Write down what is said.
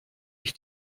ich